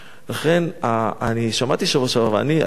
אלימות היא דבר מכוער